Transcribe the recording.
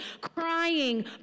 crying